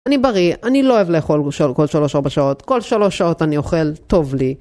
אני בריא, אני לא אוהב לאכול כל 3-4 שעות, כל 3 שעות אני אוכל טוב לי.